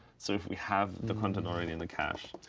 so if we have the content already in the cache,